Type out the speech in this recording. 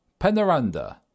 Penaranda